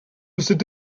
cette